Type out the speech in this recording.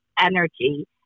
energy